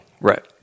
Right